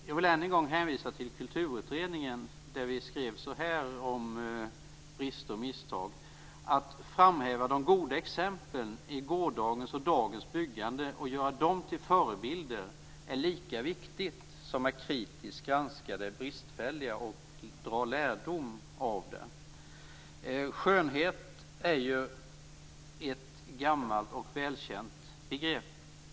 Jag vill än en gång hänvisa till Kulturutredningen där vi skrev så här om brister och misstag: Att framhäva de goda exemplen i gårdagens och dagens byggande och göra dem till förebilder är lika viktigt som att kritiskt granska det bristfälliga och dra lärdom av det. Begreppet skönhet är ju ett gammalt och välkänt begrepp.